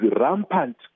rampant